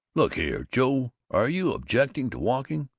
look here, joe are you objecting to walking?